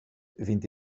vint